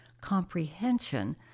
comprehension